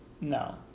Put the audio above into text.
No